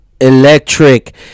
electric